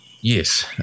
Yes